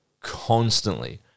constantly